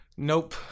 Nope